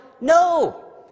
no